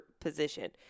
position